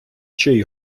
чий